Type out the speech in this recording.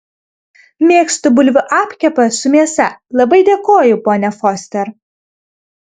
mėgstu bulvių apkepą su mėsa labai dėkoju ponia foster